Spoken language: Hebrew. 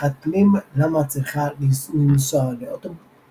שיחת פנים | "למה את צריכה לנסוע לאוטובוס?